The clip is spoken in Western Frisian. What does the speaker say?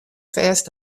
fêst